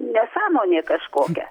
nesąmonė kažkokia